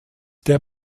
der